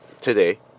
today